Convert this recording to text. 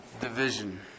division